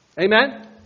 Amen